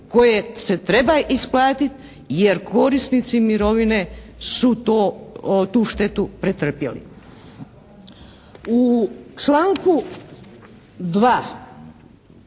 koje se treba isplatiti jer korisnici mirovine su tu štetu pretrpjeli. U članku 2.